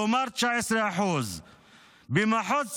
כלומר 19%. במחוז צפון,